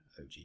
OG